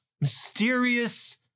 mysterious